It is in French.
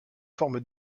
forme